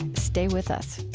and stay with us